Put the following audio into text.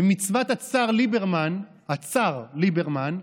ומצוות הצר ליברמן, הצר ליברמן,